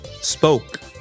spoke